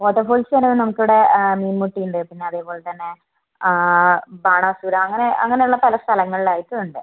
waterfalls തന്നെ നമുക്കിവിടെ മീൻമുട്ടിയുണ്ട് പിന്നെ അതേപോലെ തന്നെ ബാണാസുര അങ്ങനെ അങ്ങനെയുള്ള പല സ്ഥലങ്ങളിലായിട്ടുണ്ട്